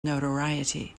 notoriety